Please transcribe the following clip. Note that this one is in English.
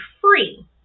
free